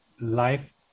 life